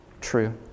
True